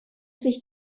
sich